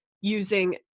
using